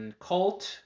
Cult